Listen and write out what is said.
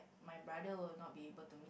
my brother will not be able to